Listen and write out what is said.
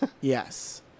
Yes